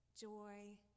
joy